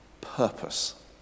purpose